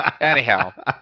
Anyhow